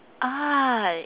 ah